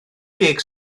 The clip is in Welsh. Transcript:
deg